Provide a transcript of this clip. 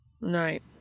Night